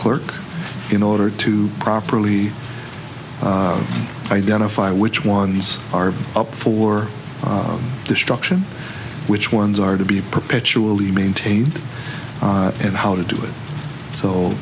clerk in order to properly identify which ones are up for destruction which ones are to be perpetually maintained and how to do it so